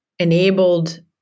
enabled